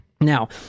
Now